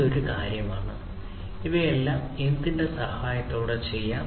ഇത് ഒരു കാര്യമാണ് അതിനാൽ ഇവയെല്ലാം എന്തിന്റെ സഹായത്തോടെ ചെയ്യാം